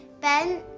Ben